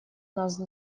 нас